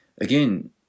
Again